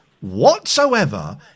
whatsoever